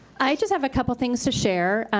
i just have a couple things to share.